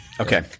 Okay